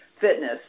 fitness